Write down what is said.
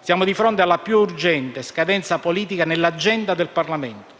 Siamo di fronte alla più urgente scadenza politica nell'agenda del Parlamento.